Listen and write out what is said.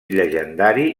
llegendari